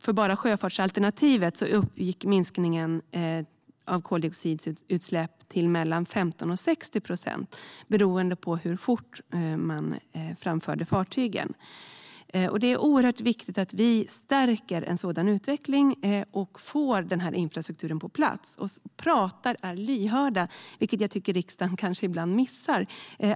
För bara sjöfartsalternativet uppgick minskningen av koldioxidutsläpp till mellan 15 och 60 procent beroende på hur fort man framförde fartygen. Det är oerhört viktigt att vi stärker en sådan utveckling och får den här infrastrukturen på plats samt att vi pratar och är lyhörda, vilket jag tycker att riksdagen kanske ibland missar.